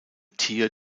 tier